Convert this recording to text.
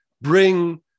bring